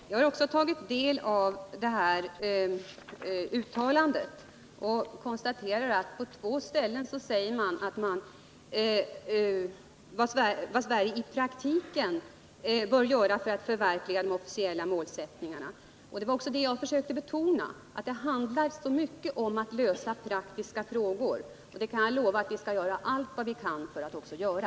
Herr talman! Också jag har tagit del av detta uttalande. Jag konstaterar att invandrarorganisationerna på två ställen talar om vad Sverige ”i praktiken” bör göra för att förverkliga de officiella målsättningarna. Jag försökte också betona att det i stor utsträckning handlar om att lösa praktiska problem. Jag kan lova att vi skall göra allt vad vi kan i det avseendet.